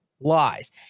lies